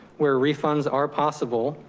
where refunds are possible,